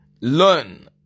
Learn